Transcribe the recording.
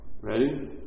Ready